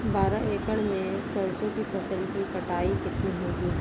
बारह एकड़ में सरसों की फसल की कटाई कितनी होगी?